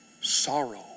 sorrow